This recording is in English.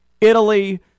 Italy